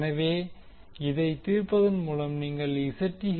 எனவே இதைத் தீர்ப்பதன் மூலம் நீங்கள் Zth இன் மதிப்பைப் பெறுவீர்கள்